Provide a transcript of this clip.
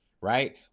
Right